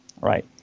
right